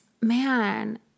man